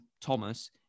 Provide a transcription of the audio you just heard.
Thomas